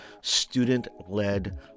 student-led